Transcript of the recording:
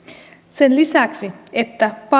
sen lisäksi että